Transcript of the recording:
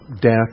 death